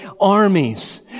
armies